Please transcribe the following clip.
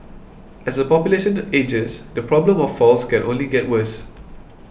as the population ages the problem of falls can only get worse